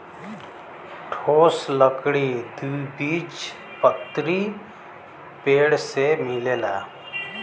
ठोस लकड़ी द्विबीजपत्री पेड़ से मिलेला